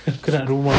aku nak rumah